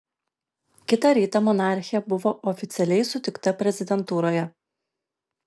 kitą rytą monarchė buvo oficialiai sutikta prezidentūroje